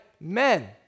men